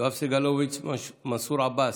יואב סגלוביץ'; מנסור עבאס,